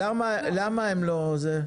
למה הם לא זה?